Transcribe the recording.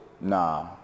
Nah